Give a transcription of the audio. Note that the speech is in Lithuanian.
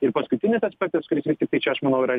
ir paskutinis aspektas kuris vis tiktai čia aš manau yra